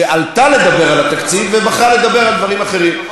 שעלתה לדבר על התקציב ובחרה לדבר על דברים אחרים.